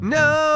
no